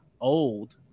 old